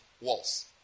walls